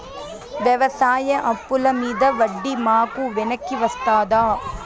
వ్యవసాయ అప్పుల మీద వడ్డీ మాకు వెనక్కి వస్తదా?